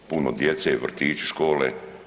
Puno djece, vrtići, škole.